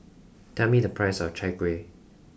tell me the price of Chai Kueh